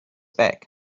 bag